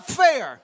fair